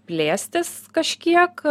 plėstis kažkiek